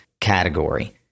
category